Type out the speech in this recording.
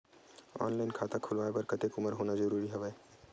Online खाता खुलवाय बर कतेक उमर होना जरूरी हवय?